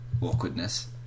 awkwardness